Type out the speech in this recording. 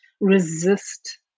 resist